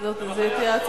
אתה לא חייב.